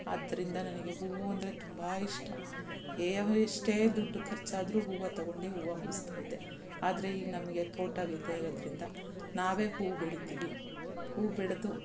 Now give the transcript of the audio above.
ಆದ್ದರಿಂದ ನನಗೆ ಹೂವು ಅಂದರೆ ತುಂಬ ಇಷ್ಟ ಎಷ್ಟೇ ದುಡ್ಡು ಖರ್ಚಾದರೂ ಹೂವು ತಗೊಂಡು ಹೂವು ಮುಡಿಸ್ತಾ ಇದ್ದೆ ಆದರೆ ಈಗ ನಮಗೆ ತೋಟವಿದೆ ಇರೋದರಿಂದ ನಾವೇ ಹೂ ಬೆಳಿತೀವಿ ಹೂ ಬೆಳೆದು